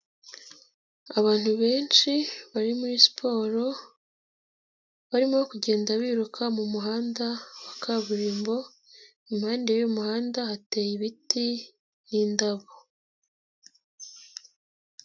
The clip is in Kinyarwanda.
Abantu benshi bari muri siporo, barimo kugenda biruka mu muhanda wa kaburimbo, impande y'uwo muhanda hateye ibiti n'indabo.